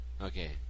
Okay